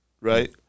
right